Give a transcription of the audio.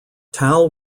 tal